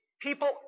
people